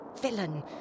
villain